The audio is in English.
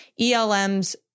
ELMs